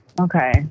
Okay